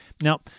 Now